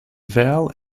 vowel